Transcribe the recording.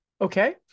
okay